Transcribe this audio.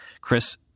Chris